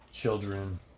children